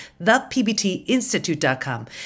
thepbtinstitute.com